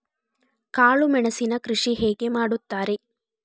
ಕಾಳು ಮೆಣಸಿನ ಕೃಷಿ ಹೇಗೆ ಮಾಡುತ್ತಾರೆ?